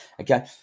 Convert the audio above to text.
okay